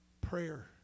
Prayer